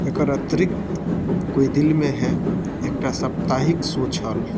एकर अतिरिक्त कोई दिल में है एकटा साप्ताहिक शो छल